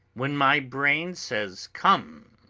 when my brain says come!